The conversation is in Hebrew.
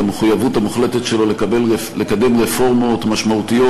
את המחויבות המוחלטת שלו לקדם רפורמות משמעותיות